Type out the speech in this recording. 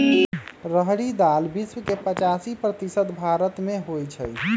रहरी दाल विश्व के पचासी प्रतिशत भारतमें होइ छइ